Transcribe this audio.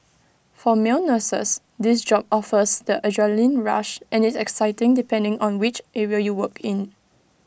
for male nurses this job offers that adrenalin rush and is exciting depending on which area you work in